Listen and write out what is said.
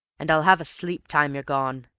and i'll have a sleep time you're gone.